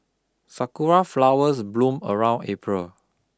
sakura flowers bloom around April